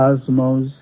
cosmos